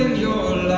your